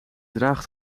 draagt